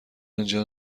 اینجا